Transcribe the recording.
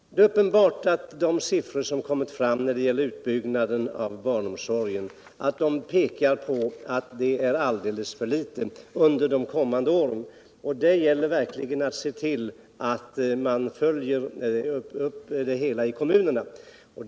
Det är uppenbart att de siffror som kommit fram när det gäller utbyggnaden av barnomsorgen pekar på att utbyggnaden blir för liten under de kommande åren. Det gäller här verkligen för kommunerna att göra insatser.